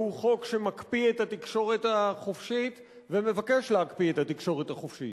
שהוא חוק שמקפיא את התקשורת החופשית ומבקש להקפיא את התקשורת החופשית.